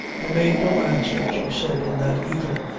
i made no answer, she said in that even,